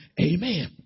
amen